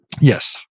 Yes